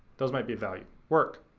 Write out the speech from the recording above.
those might be of value. work,